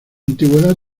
antigüedad